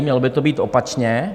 Mělo by to být opačně.